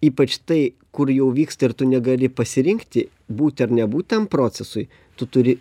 ypač tai kur jau vyksta ir tu negali pasirinkti būti ar nebūt tam procesui tu turi